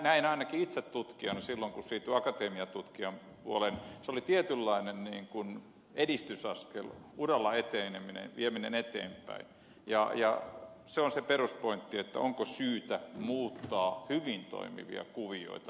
minä ainakin itse tutkijana näin silloin akatemian tutkijan puolen se oli tietynlainen edistysaskel uralla eteneminen vieminen eteenpäin ja se on se peruspointti onko syytä muuttaa hyvin toimivia kuvioita